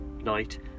Night